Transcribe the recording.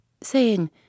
saying